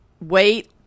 wait